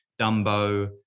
Dumbo